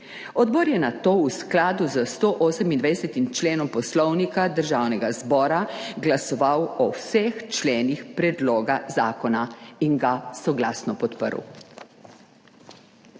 Odbor je nato v skladu s 128. členom Poslovnika Državnega zbora glasoval o vseh členih predloga zakona in ga soglasno podprl.